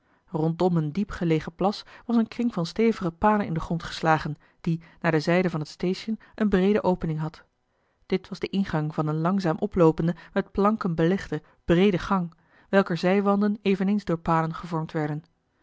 rondom een diepgelegen plas was een kring van stevige palen in den grond geslagen die naar de zijde van het station eene breede opening had dit was de ingang van eene langzaam oploopende met planken belegde breede gang welker zijwanden eveneens door palen gevormd werden